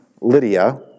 Lydia